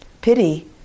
Pity